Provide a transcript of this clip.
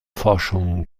forschungen